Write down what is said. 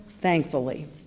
thankfully